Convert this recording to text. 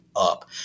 up